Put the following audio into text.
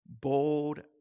Bold